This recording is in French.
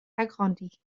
agrandi